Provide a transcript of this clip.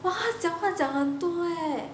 !wah! 他讲话讲很多 eh